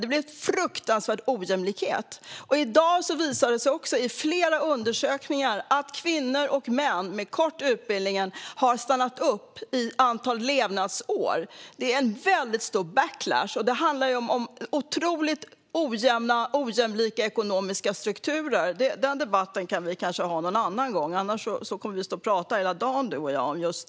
Det är en fruktansvärd ojämlikhet. I dag visar flera undersökningar att kvinnor och män med kort utbildning har stannat upp när det gäller medellivslängd. Det är en väldigt stor backlash. Det handlar om ojämlika ekonomiska strukturer. Den debatten kanske vi kan ha någon annan gång, för annars får vi prata om just detta hela dagen.